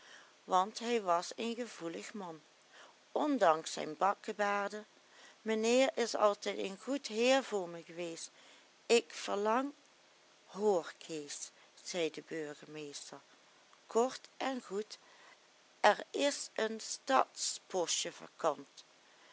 want hij was een gevoelig man ondanks zijn bakkebaarden menheer is altijd een goed heer voor me geweest ik verlang hoor kees zei de burgemeester kort en goed er is een